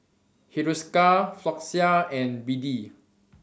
Hiruscar Floxia and BD